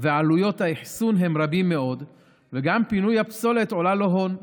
ועלויות האחסון הן רבות מאוד וגם פינוי הפסולת עולה לו הון.